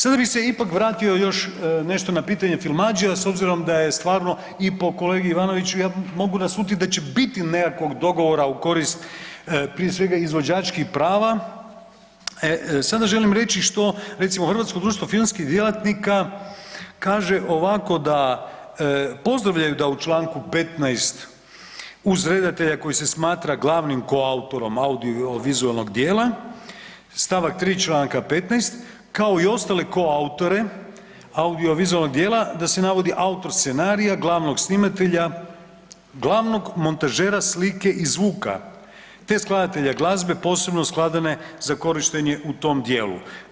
Sada bih se ipak vratio još nešto na pitanje filmadžija s obzirom da je stvarno i po kolegi Ivanoviću ja mogu naslutiti da će biti nekakvog dogovora u korist prije svega izvođačkih prava, sada želim reći što recimo Hrvatsko društvo filmskih djelatnika kaže ovako da, pozdravljaju da u Članku 15. uz redatelja koji se smatra glavnim koautorom audiovizualnog dijela stavak 3. Članka 15., kao i ostale koautore audiovizualnog dijela da se navodi autor scenarija, glavnog snimatelja, glavnog montažera slike i zvuka te skladatelja glazbe posebno skladane za korištenje u tom dijelu.